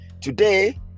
today